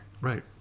Right